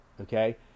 okay